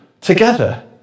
together